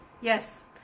Yes